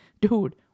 Dude